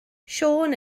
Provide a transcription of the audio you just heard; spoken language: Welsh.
siôn